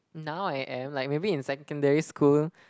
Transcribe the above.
now I am like maybe in secondary school